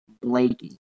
Blakey